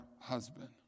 husband